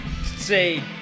say